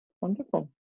Wonderful